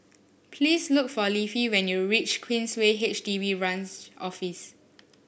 please look for Leafy when you reach Queensway H D B Branch Office